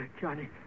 Johnny